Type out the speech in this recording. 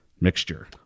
mixture